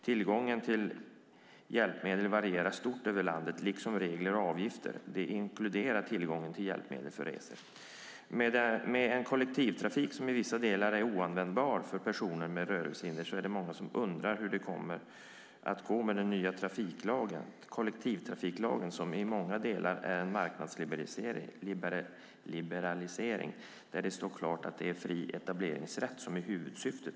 Tillgången till hjälpmedel varierar stort över landet liksom regler och avgifter. Det inkluderar tillgången till hjälpmedel för resor. Med en kollektivtrafik som i vissa delar är oanvändbar för personer med rörelsehinder är det många som undrar hur det kommer att gå med den nya kollektivtrafiklagen som i många delar är en marknadsliberalisering där det står klart att det är fri etableringsrätt som är huvudsyftet.